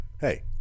Hey